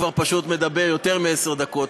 כבר פשוט מדבר יותר מעשר דקות,